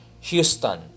houston